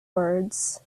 words